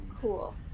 Cool